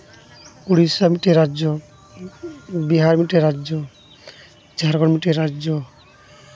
ᱳᱰᱤᱥᱟ ᱢᱤᱫᱴᱟᱝ ᱨᱟᱡᱽᱡᱚ ᱵᱤᱦᱟᱨ ᱢᱤᱫᱴᱟᱝ ᱨᱟᱡᱽᱡᱚ ᱡᱷᱟᱲᱠᱷᱚᱸᱰ ᱢᱤᱫᱴᱟᱝ ᱨᱟᱡᱽᱡᱚ